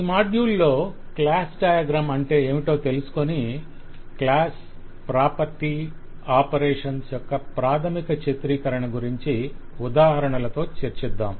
ఈ మాడ్యూల్లో class diagram అంటే ఏమిటో తెలుసుకొని class property operations class property and operations యొక్క ప్రాథమిక చిత్రీకరణ గురించి ఉదాహరణలతో చర్చిద్దాం